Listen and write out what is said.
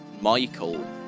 Michael